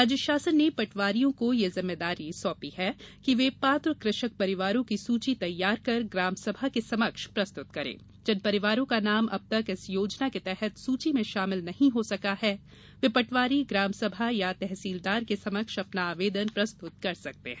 राज्य शासन ने पटवारियों को ये जिम्मेदारी सौंपी गयी है कि वे पात्र कृषक परिवारों की सूची तैयार कर ग्रामसभा के समक्ष प्रस्तुत करें जिन परिवारों का नाम अब तक इस योजना के तहत सूची में शामिल नही हो सका है वे पटवारी ग्रामसभा तहसीलदार के समक्ष अपना आवेदन प्रस्तुत कर सकते हैं